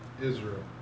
Israel